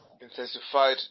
intensified